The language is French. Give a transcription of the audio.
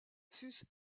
sus